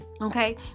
Okay